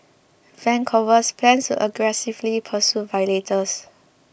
Vancouver plans to aggressively pursue violators